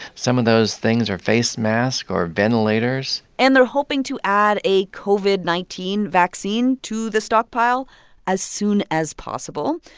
some of those things are face masks or ventilators and they're hoping to add a covid nineteen vaccine to the stockpile as soon as possible.